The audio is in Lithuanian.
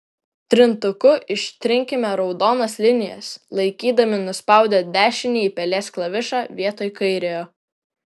trintuku ištrinkime raudonas linijas laikydami nuspaudę dešinįjį pelės klavišą vietoj kairiojo